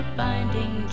binding